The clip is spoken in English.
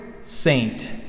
saint